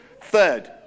Third